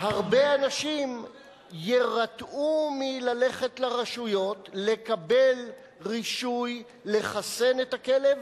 הרבה אנשים יירתעו מללכת לרשויות לקבל רישוי ולחסן את הכלב,